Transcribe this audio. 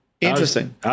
Interesting